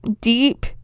deep